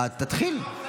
תתחיל.